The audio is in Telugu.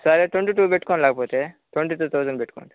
సరే ట్వంటీ టు పెట్టుకోండి లేకపోతే ట్వంటీ టు థౌజండ్ పెట్టుకోండి